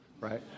right